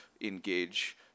engage